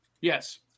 Yes